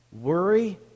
Worry